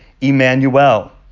Emmanuel